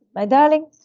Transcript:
my darling,